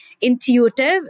intuitive